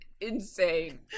insane